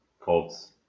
Colts